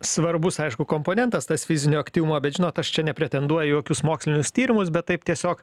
svarbus aišku komponentas tas fizinio aktyvumo bet žinot aš čia nepretenduoju į jokius mokslinius tyrimus bet taip tiesiog